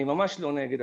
שאני ממש לא נגדו,